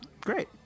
Great